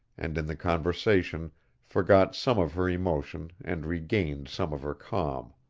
and in the conversation forgot some of her emotion and regained some of her calm.